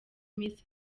miss